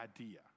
idea